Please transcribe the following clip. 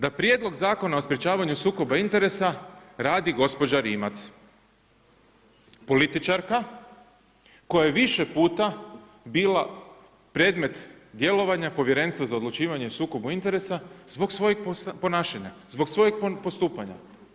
Da prijedlog Zakona o sprečavanju sukoba interesa radi gospođa Rimac, političarka koja je više puta bila predmet djelovanja Povjerenstva za odlučivanje o sukobu interesa zbog svojeg ponašanja, zbog svojeg postupanja.